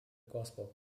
gospel